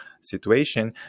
situation